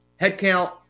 headcount